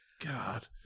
God